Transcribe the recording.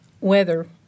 weather